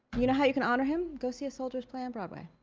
you know how you can honor him? go see a soldier's play on broadway.